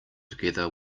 together